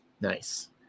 Nice